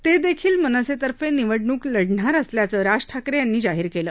ते देखील मनसेतर्फे निवडणूक लढणार असल्याचं राज ठाकरे यांनी जाहीर केलं